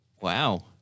Wow